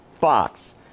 fox